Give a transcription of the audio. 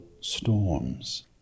storms